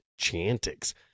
Chantix